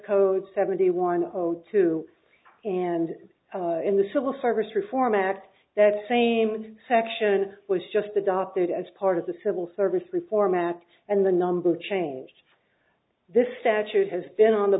code seventy one zero zero two and in the civil service reform act that same section was just adopted as part of the civil service reform act and the number changed this statute has been on the